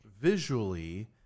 visually